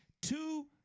two